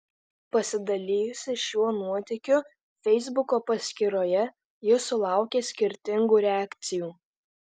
pasidalijusi šiuo nuotykiu feisbuko paskyroje ji sulaukė skirtingų reakcijų